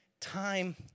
time